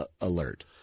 alert